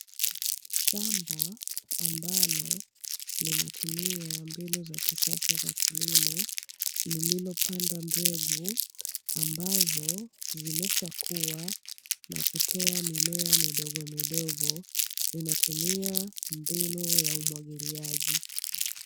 Shamba ambalo linatumia mbinu za kisasa za kilimo lililopandwa mbegu ambazo zimeshakuwa na kutoa mimea midogo midogo linatumia mbinu ya umwagiliaji.